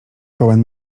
pełen